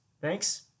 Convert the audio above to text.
Thanks